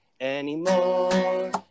anymore